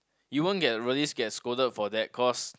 you won't get really get scolded for that cause